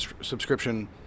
subscription